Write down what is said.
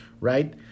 right